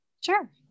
Sure